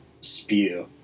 spew